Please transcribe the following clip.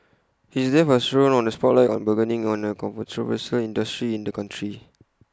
his death has thrown this spotlight on A burgeoning but controversial industry in the country